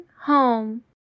home